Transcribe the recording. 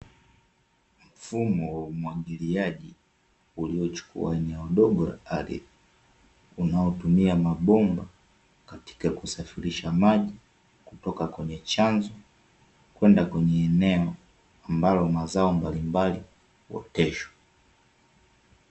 Mfumo wa umwagiliaji uliochukua eneo dogo la ardhi, unaotumia mabomba katika kusafirisha maji kutoka kwenye chanzo, kwenda kwenye eneo ambalo mazao mbalimbali huoteshwa.